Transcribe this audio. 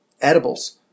edibles